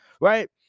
right